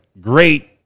great